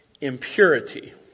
impurity